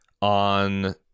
on